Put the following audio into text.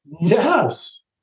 Yes